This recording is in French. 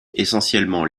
essentiellement